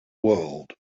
world